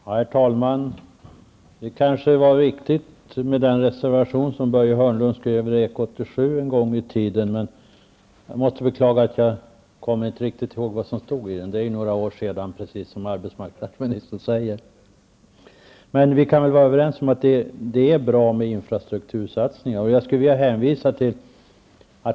Herr talman! Det var kanske viktigt med den reservation som Börje Hörnlund avgav en gång i tiden, men jag måste beklaga att jag inte minns vad som stod i den. Det är ju några år sedan, precis som arbetsmarknadsministern sade. Vi kan väl vara överens om att det är bra med infrastruktursatsningar.